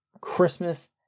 Christmas